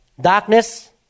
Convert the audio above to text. Darkness